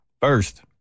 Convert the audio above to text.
First